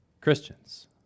Christians